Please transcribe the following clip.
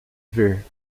ver